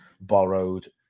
borrowed